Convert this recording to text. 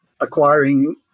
acquiring